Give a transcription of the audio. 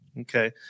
Okay